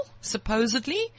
supposedly